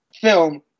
film